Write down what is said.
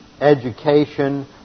education